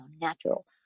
natural